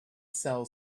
sell